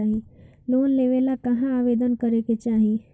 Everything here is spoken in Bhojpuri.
लोन लेवे ला कहाँ आवेदन करे के चाही?